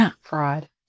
fraud